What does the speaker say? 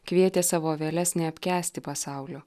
kvietė savo vėles neapkęsti pasaulio